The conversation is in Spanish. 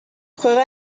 juega